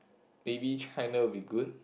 maybe China will be good